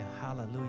Hallelujah